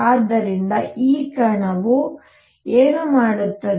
ಆದ್ದರಿಂದ ಈ ಕಣವು ಏನು ಮಾಡುತ್ತದೆ